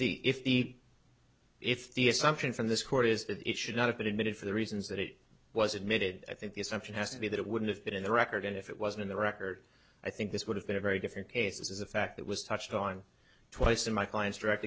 the if the if the assumption from this court is that it should not have been admitted for the reasons that it was admitted i think the assumption has to be that it wouldn't have been in the record and if it wasn't in the record i think this would have been a very different case this is a fact that was touched on twice in my client's direct